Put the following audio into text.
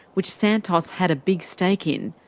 which santos had a big stake in,